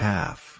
Half